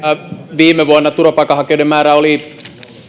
viime vuonna turvapaikanhakijoiden määrä